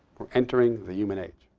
we're entering the human age.